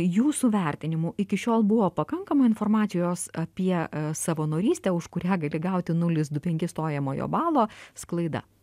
jūsų vertinimu iki šiol buvo pakankamai informacijos apie savanorystę už kurią gali gauti nulis du penkis stojamojo balo sklaida